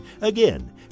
Again